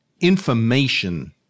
information